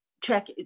check